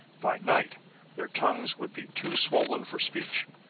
by night their tongues would be too swollen for speech.